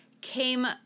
came